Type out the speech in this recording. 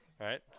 right